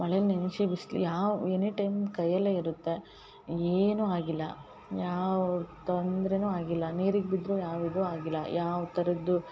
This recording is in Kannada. ಮಳೇಲಿ ನೆನ್ಸಿ ಬಿಸ್ಲಿಗೆ ಯಾವ ಎನಿಟೈಮ್ ಕೈಯಲ್ಲೇ ಇರುತ್ತೆ ಏನು ಆಗಿಲ್ಲ ಯಾವ ತೊಂದರೇನು ಆಗಿಲ್ಲ ನೀರಿಗೆ ಬಿದ್ದರೂ ಯಾವ ಇದು ಆಗಿಲ್ಲ ಯಾವ ಥರದ್ದು